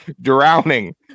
drowning